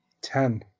Ten